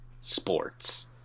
sports